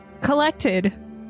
Collected